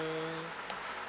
mm